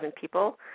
people